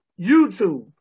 YouTube